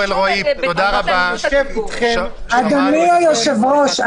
אדוני היושב-ראש,